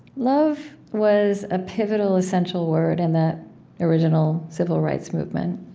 love was a pivotal, essential word in that original civil rights movement,